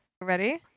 Ready